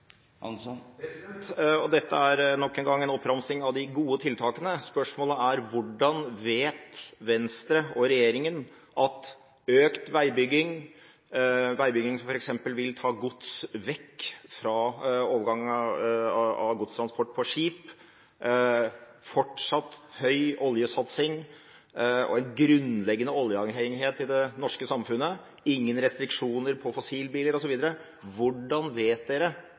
Dette er nok en gang en oppramsing av de gode tiltakene. Spørsmålet er: Hvordan vet Venstre og regjeringen at økt veibygging, overgangen til godstransport på skip, fortsatt høy oljesatsing og en grunnleggende oljeavhengighet i det norske samfunnet, ingen restriksjoner på fossilbiler,